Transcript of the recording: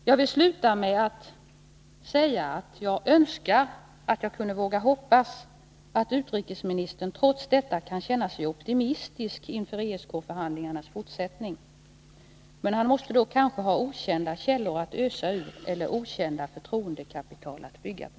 Jag vill sluta med att säga att jag önskar att jag kunde våga hoppas att utrikesministern trots detta kan känna sig optimistisk inför ESK-förhandlingarnas fortsättning, men han måste då ha okända källor att ösa ur eller okända förtroendekapital att bygga på.